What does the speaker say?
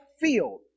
field